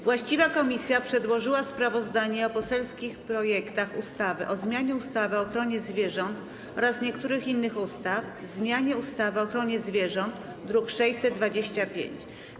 Właściwa komisja przedłożyła sprawozdanie o poselskich projektach ustaw: - o zmianie ustawy o ochronie zwierząt oraz niektórych innych ustaw, - o zmianie ustawy o ochronie zwierząt, druk nr 625.